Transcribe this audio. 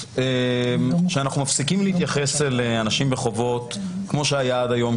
שאומרת שאנחנו מפסיקים להתייחס לאנשים בחובות כמו שהיה עד היום,